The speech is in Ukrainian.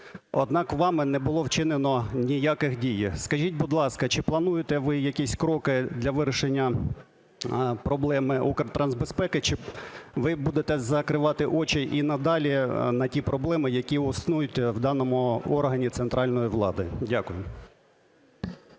Однак вами не було вчинено ніяких дій. Скажіть, будь ласка, чи плануєте ви якісь кроки для вирішення проблеми Укртрансбезпеки, чи ви будете закривати очі і надалі на ті проблеми, які існують в даному органі центральної влади? Дякую.